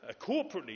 corporately